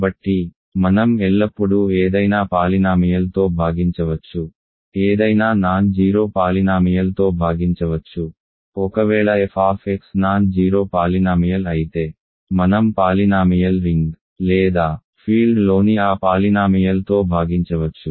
కాబట్టి మనం ఎల్లప్పుడూ ఏదైనా పాలినామియల్ తో భాగించవచ్చు ఏదైనా నాన్ జీరో పాలినామియల్ తో భాగించవచ్చు ఒకవేళ f నాన్ జీరో పాలినామియల్ అయితే మనం పాలినామియల్ రింగ్ లేదా ఫీల్డ్లోని ఆ పాలినామియల్ తో భాగించవచ్చు